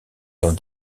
dans